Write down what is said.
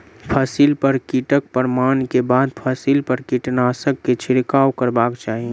फसिल पर कीटक प्रमाण के बाद फसिल पर कीटनाशक के छिड़काव करबाक चाही